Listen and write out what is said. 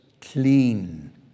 clean